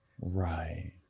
Right